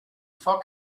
foc